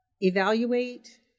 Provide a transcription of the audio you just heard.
evaluate